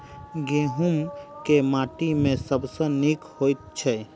गहूम केँ माटि मे सबसँ नीक होइत छै?